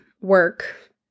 work